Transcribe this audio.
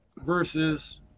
Versus